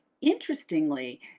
Interestingly